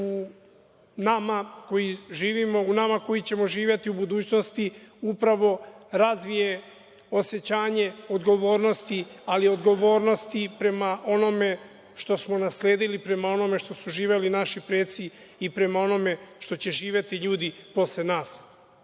živimo, koji ćemo živeti u budućnosti, upravo razvije osećanje odgovornosti, ali odgovornosti prema onome što smo nasledili, prema onome što su živeli naši preci i prema onome što će živeti ljudi posle nas. Da